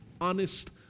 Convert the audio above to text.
honest